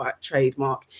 trademark